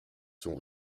sont